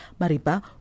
Maripa